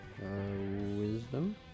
Wisdom